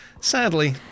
sadly